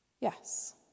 Yes